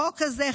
החוק הזה,